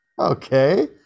okay